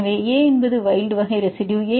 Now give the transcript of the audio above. எனவே A என்பது wild வகை ரெசிடுயு